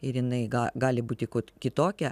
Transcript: ir jinai gali būti kitokia